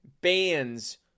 bands